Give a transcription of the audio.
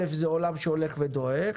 ראשית, זה עולם שהולך ודועך,